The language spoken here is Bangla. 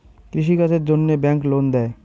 কৃষি কাজের জন্যে ব্যাংক লোন দেয়?